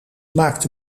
maakte